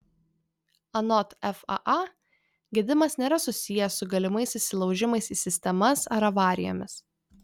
anot faa gedimas nėra susijęs su galimais įsilaužimais į sistemas ar avarijomis